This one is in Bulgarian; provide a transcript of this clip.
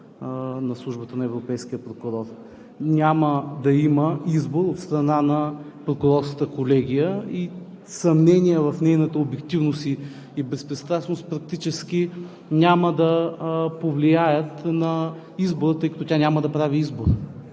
на Службата на европейския прокурор. Няма да има избор от страна на Прокурорската колегия. Съмнения в нейната обективност и безпристрастност практически няма да повлияят на избора, тъй като тя няма да прави избор,